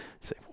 say